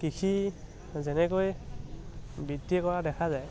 কৃষি যেনেকৈ কৰা দেখা যায়